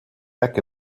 back